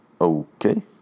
Okay